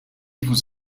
vous